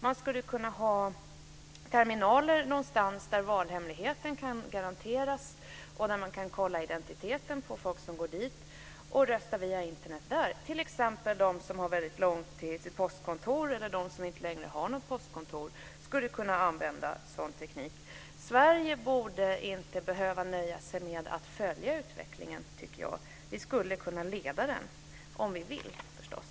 Man kunde ha terminaler någonstans där valhemligheten kan garanteras och där man kan kontrollera identiteten på folk som går dit och röstar via Internet där. Det gäller t.ex. de som har väldigt långt till ett postkontor eller de som inte längre har något postkontor. Sverige borde inte behöva nöja sig med att följa utvecklingen, tycker jag. Vi skulle kunna leda den, om vi vill förstås.